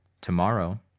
Tomorrow